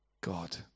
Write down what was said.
God